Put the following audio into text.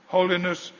Holiness